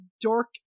dork